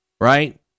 right